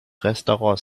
restaurants